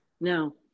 No